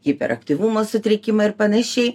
hiperaktyvumo sutrikimą ir panašiai